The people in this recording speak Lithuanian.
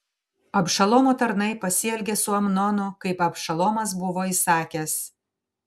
abšalomo tarnai pasielgė su amnonu kaip abšalomas buvo įsakęs